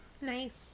Nice